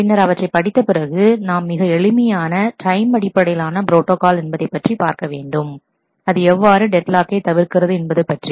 பின்னர் அவற்றைப் படித்த பிறகு நாம் மிக எளிமையான டைம் அடிப்படையிலான ப்ரோட்டாகால் என்பதைப்பற்றி பார்க்க வேண்டும் அது எவ்வாறு டெட் லாக்கை தவிர்க்கிறதுஎன்பது பற்றி